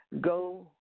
Go